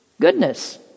goodness